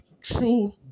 true